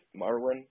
Marwin